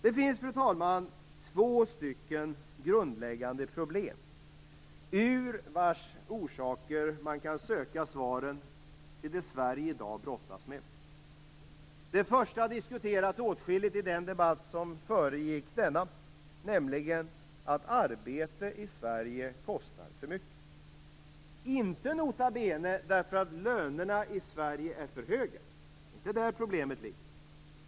Det finns, fru talman, två grundläggande problem i vilkas orsaker man kan söka svaren på det som Sverige i dag brottas med. Det första problemet diskuterades åtskilligt i den debatt som föregick denna, nämligen att arbete i Sverige kostar för mycket. Men det beror, nota bene, inte på att lönerna i Sverige är för höga - det är inte där problemet ligger.